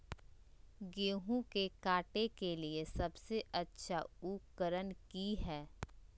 गेहूं के काटे के लिए सबसे अच्छा उकरन की है?